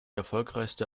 erfolgreichste